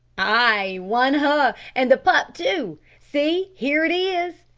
ay, won her, and the pup too see, here it is!